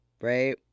right